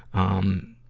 um,